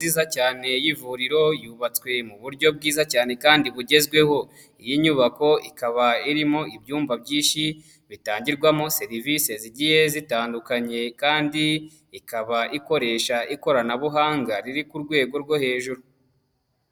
Inzu nziza cyane y'ivuriro, yubatswe mu buryo bwiza cyane kandi bugezweho. Iyi nyubako ikaba irimo ibyumba byinshi bitangirwamo serivisi zigiye zitandukanye, kandi ikaba ikoresha ikoranabuhanga riri ku rwego rwo hejuru.